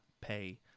pay